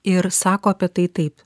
ir sako apie tai taip